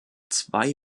zwei